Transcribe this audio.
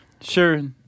Sure